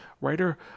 writer